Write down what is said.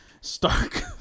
Stark